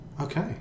Okay